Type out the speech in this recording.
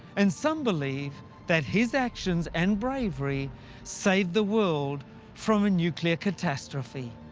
and some believe that his actions and bravery saved the world from a nuclear catastrophe.